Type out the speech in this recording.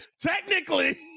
Technically